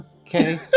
Okay